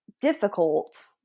difficult